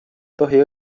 tohi